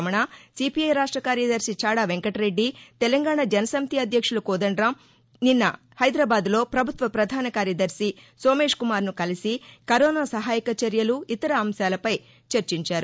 రమణ సీపీఐ రాష్ట కార్యదర్శి చాడ వెంకటరెడ్లి తెలంగాణ జనసమితి అధ్యక్షుడు కోదండరామ్ తదితరులు నిన్న హైదరాబాద్లో ప్రభుత్వ ప్రధాన కార్యదర్శి సోమేశ్ కుమార్ను కలిసి కరోనా సహాయక చర్యలు ఇతర అంశాలపై చర్చించారు